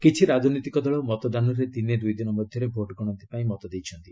କିଛି ରାଜନୈତିକ ଦଳ ମତଦାନର ଦିନେ ଦୁଇଦିନ ମଧ୍ୟରେ ଭୋଟ ଗଣତି ପାଇଁ ମତ ଦେଇଛନ୍ତି